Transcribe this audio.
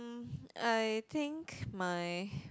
I think my